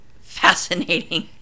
Fascinating